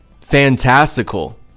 fantastical